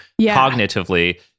cognitively